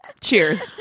Cheers